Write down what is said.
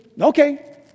okay